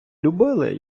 любили